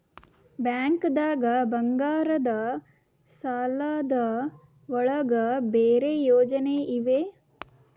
ಬ್ಯಾಂಕ್ದಾಗ ಬಂಗಾರದ್ ಸಾಲದ್ ಒಳಗ್ ಬೇರೆ ಯೋಜನೆ ಇವೆ?